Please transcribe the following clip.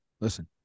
Listen